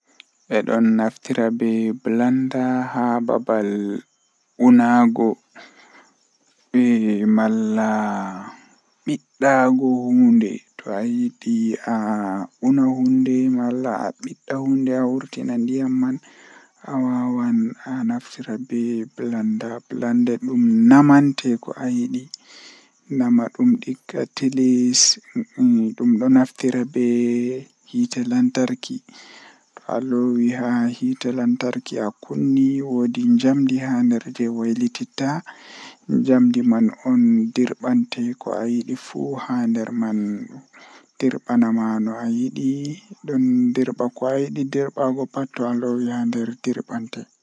Hunde jei ko buri wonnugo duniyaaru jotta kokuma ko buri lalatugo duniyaaru kanjum woni habre hakkunde himbe malla hakkunde lesdi be lesdi maadum haala ceede malla haala siyasa malla haala dinna malla haala ndemngal.